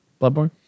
Bloodborne